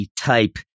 type